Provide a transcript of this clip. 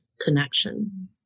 connection